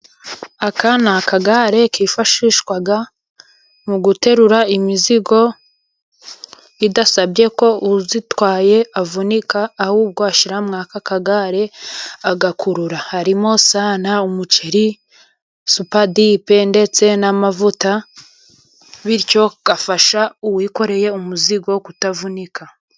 Aka ni akagare kifashishwa mu guterura imizigo bidasabye ko uyitwaye avunika ahubwo ashyira muri aka kagare agakurura, harimo: sana, umuceri, supadipe, ndetse n'amavuta, bityo gafasha uwikoreye umuzigo kutavunika.